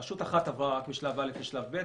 רק רשות אחת עברה משלב א' לשלב ב',